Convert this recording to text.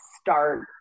start